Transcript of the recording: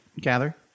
gather